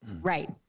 Right